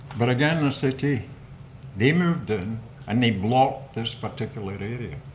but again the city they moved in and they blocked this particular area.